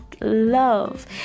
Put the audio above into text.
love